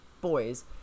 boys